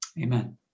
amen